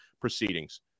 proceedings